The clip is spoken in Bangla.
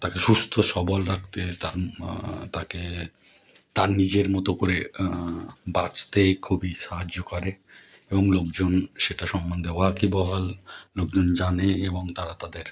তাকে সুস্থ সবল রাখতে তাম তাকে তার নিজের মতো করে বাঁচতে খুবই সাহায্য করে এবং লোকজন সেটা সম্বন্ধে ওয়াকিবহাল লোকজন জানে এবং তারা তাদের